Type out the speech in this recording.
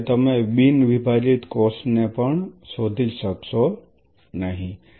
જાણો કે તમે બિન વિભાજીત કોષને પણ શોધી શકશો નહીં